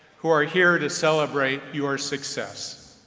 who are here to celebrate your success.